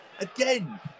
Again